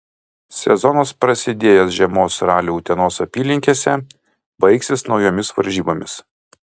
sezonas prasidėjęs žiemos raliu utenos apylinkėse baigsis naujomis varžybomis